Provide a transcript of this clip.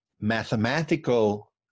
mathematical